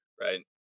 Right